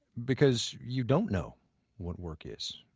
because you don't know what work is.